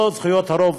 לא על זכויות הרוב,